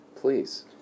Please